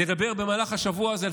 נדבר במהלך השבוע הזה,